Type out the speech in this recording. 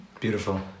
Beautiful